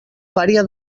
pària